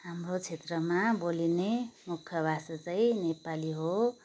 हाम्रो क्षेत्रमा बोलिने मुख्य भाषा चाहिँ नेपाली हो